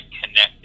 connected